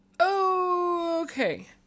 Okay